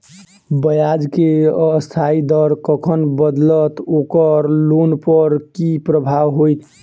ब्याज केँ अस्थायी दर कखन बदलत ओकर लोन पर की प्रभाव होइत?